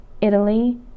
Italy